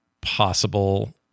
possible